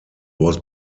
was